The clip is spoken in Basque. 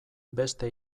beste